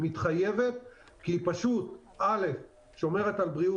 היא מתחייבת כי היא שומרת על בריאות